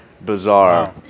bizarre